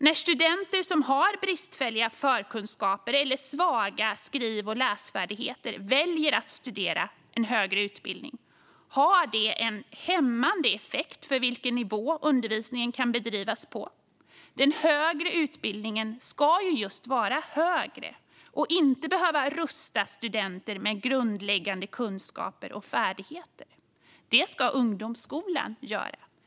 När studenter som har bristfälliga förkunskaper eller svaga skriv och läsfärdigheter väljer att studera i den högre utbildningen har det en hämmande effekt för vilken nivå undervisningen kan bedrivas på. Den högre utbildningen ska vara just högre och inte behöva rusta studenter med grundläggande kunskaper och färdigheter. Detta ska ungdomsskolan göra.